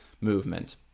movement